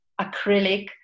acrylic